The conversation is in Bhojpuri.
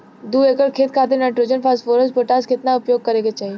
दू एकड़ खेत खातिर नाइट्रोजन फास्फोरस पोटाश केतना उपयोग करे के चाहीं?